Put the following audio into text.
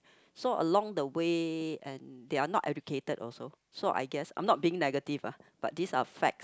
so along the way and they are not educated also so I guess I'm not being negative ah but this are fact